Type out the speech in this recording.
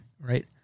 right